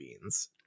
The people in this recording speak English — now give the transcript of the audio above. beans